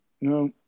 no